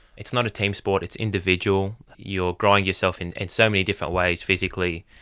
it's not a team sport, it's individual. you are growing yourself in in so many different ways physically,